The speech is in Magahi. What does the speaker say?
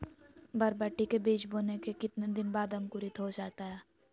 बरबटी के बीज बोने के कितने दिन बाद अंकुरित हो जाता है?